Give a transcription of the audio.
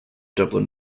dublin